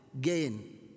gain